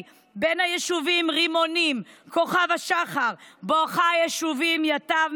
בין היישובים רימונים וכוכב השחר בואכה היישובים ייט"ב,